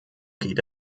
geht